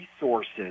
resources